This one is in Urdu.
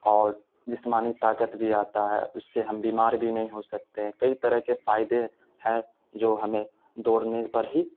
اور جسمانی طاقت بھی آتا ہے اس سے ہم بیمار بھی نہیں ہو سکتے ہیں کئی طرح کے فائدے ہیں جو ہمیں دوڑنے پر ہی